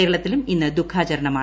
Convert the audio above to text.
കേരളത്തിലും ഇന്ന് ദുഃഖാചരണമാണ്